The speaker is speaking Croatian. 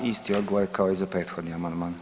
Isti odgovor kao i za prethodni amandman.